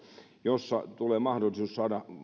jossa tulee mahdollisuus saada